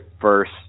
first